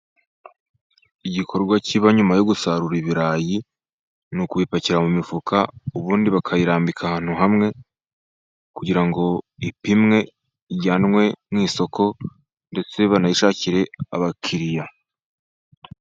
Igikorwa kiba nyuma yo gusarura ibirayi, ni ukubipakira mu mifuka, ubundi bakayirambika ahantu hamwe kugira ngo ipimwe, ijyanwe mu isoko ndetse banayishakire abakiriya.